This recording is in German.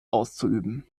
auszuüben